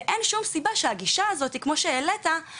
ככל שנתקדם בדיונים אנחנו נדע